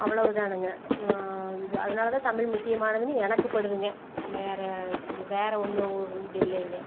அவ்வளவுதானுங்க இது அதனாலதான் தமிழ் முக்கியமானதுனு எனக்கு படுதுங்க வேறே வேறே ஒன்றும் இது இல்லைங்க